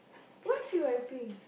what she wiping